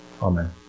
Amen